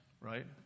right